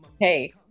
hey